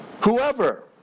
Whoever